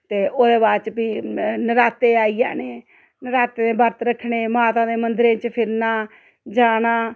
ते ओह्दे बाद च फ्ही नराते आई जाने नराते दे बरत रक्खने माता दे मंदरें च फिरना जाना